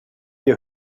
dir